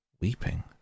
Weeping